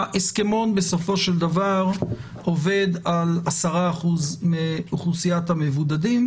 ההסכמון בסופו של דבר עובד על 10% מאוכלוסיית המבודדים,